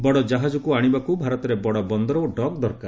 ବଡ ଜାହାଜକୁ ଆଣିବାକୁ ଭାରତରେ ବଡ ବନ୍ଦର ଓ ଡକ୍ ଦରକାର